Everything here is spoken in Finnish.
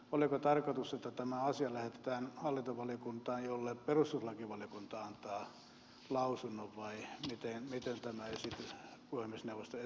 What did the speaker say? oliko tarkoitus että tämä asia lähetetään hallintovaliokuntaan jolle perustuslakivaliokunta antaa lausunnon vai miten tämä puhemiesneuvoston esitys meni